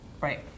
right